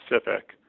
specific